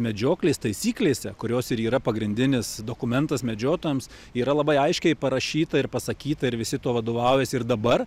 medžioklės taisyklėse kurios ir yra pagrindinis dokumentas medžiotojams yra labai aiškiai parašyta ir pasakyta ir visi tuo vadovaujasi ir dabar